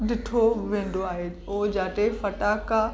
ॾिठो वेंदो आहे उहे जिथे फटाका